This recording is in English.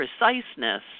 preciseness